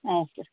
ಹಾಂ ಸರ್